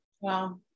Wow